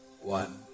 one